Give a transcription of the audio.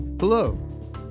Hello